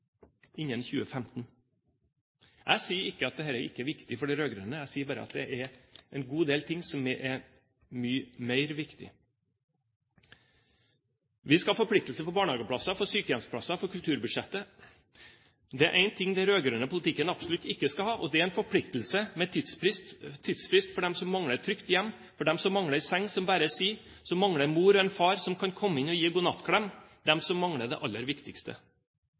Jeg sier ikke at dette ikke er viktig for de rød-grønne, jeg sier bare at det er en god del ting som er viktigere. Vi skal ha forpliktelser når det gjelder barnehageplasser, sykehjemsplasser og kulturfeltet, men det er én ting de rød-grønne politikerne absolutt ikke vil ha, og det er en forpliktelse med tidsfrist for dem som mangler et trygt hjem, for dem som mangler en seng og som bare sier at de mangler en mor og en far som kan komme inn og gi godnattklem – de som mangler det aller viktigste.